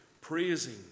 praising